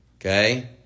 Okay